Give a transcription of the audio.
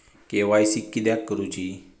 KYC किदयाक करूची?